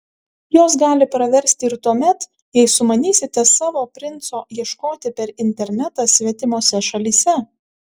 jos gali praversti ir tuomet jei sumanysite savo princo ieškoti per internetą svetimose šalyse